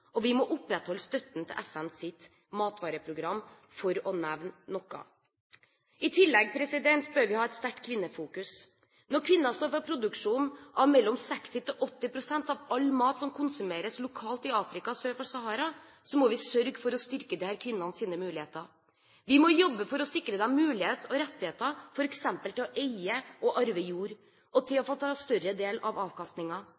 og vi må opprettholde støtten til FNs matvareprogram, for å nevne noe. I tillegg bør vi ha et sterkt kvinnefokus. Når kvinner står for produksjonen av mellom 60 og 80 pst. av all mat som konsumeres lokalt i Afrika sør for Sahara, må vi sørge for å styrke disse kvinnenes muligheter. Vi må jobbe for å sikre dem mulighet og rettigheter til f.eks. å eie og arve jord og til